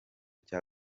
cya